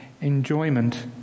enjoyment